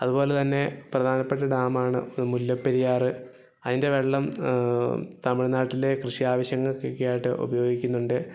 അതുപോലെ തന്നെ പ്രധാനപ്പെട്ട ഡാമാണ് മുല്ലപ്പെരിയാറ് എന്റെ തമിഴ്നാട്ടിലെ കൃഷി ആവശ്യങ്ങൾക്കൊക്കെ ആയിട്ട് ഉപയോഗിക്കുന്നുണ്ട്